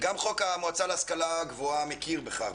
גם חוק המועצה להשכלה גבוהה מכיר בכך.